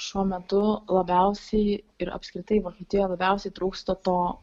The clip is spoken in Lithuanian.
šiuo metu labiausiai ir apskritai vokietijoj labiausiai trūksta to